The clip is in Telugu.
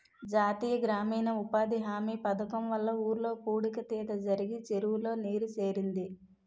జాతీయ గ్రామీణ ఉపాధి హామీ పధకము వల్ల ఊర్లో పూడిక తీత జరిగి చెరువులో నీరు సేరింది